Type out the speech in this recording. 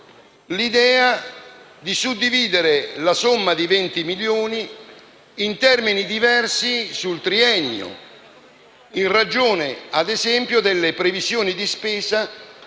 l'idea di suddividere la somma di 20 milioni in termini diversi nel triennio, in ragione, ad esempio, delle previsioni di spesa